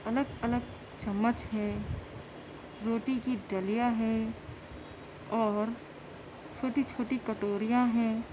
الگ الگ چمچ ہے روٹی کی ڈلیا ہے اور چھوٹی چھوٹی کٹوریاں ہیں